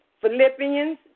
Philippians